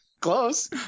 Close